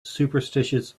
superstitious